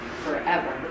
forever